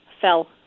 fell